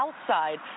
outside